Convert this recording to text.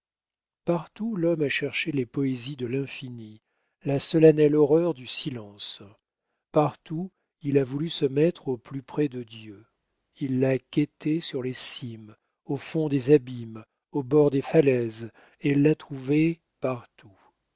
partout l'homme a cherché les poésies de l'infini la solennelle horreur du silence partout il a voulu se mettre au plus près de dieu il l'a quêté sur les cimes au fond des abîmes au bord des falaises et l'a trouvé partout